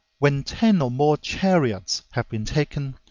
when ten or more chariots have been taken,